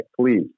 please